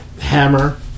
hammer